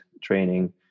training